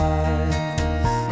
eyes